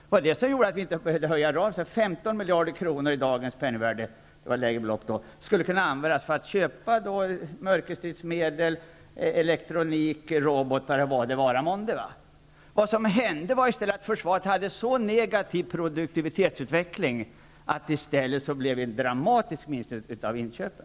Det var det som gjorde att vi inte behövde utöka ramarna. 15 miljarder kronor i dagens penningvärde skulle kunna användas för inköp av mörkerstridsmedel, elektronik, robotar och vad det vara månde. Vad som hände var i stället att försvaret hade så negativ produktivitetsutveckling att det blev en dramatisk minskning av inköpen.